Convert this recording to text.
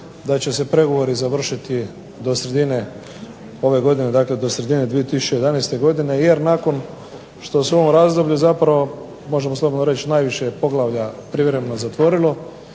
da će se pregovori završiti do sredine ove godine, do sredine 2011. godine, jer nakon što se ovo razdoblje, možemo reći najviše poglavlja privremeno zatvorilo